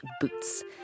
Boots